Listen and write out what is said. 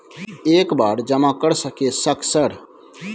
एक बार जमा कर सके सक सर?